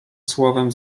słowem